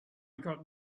got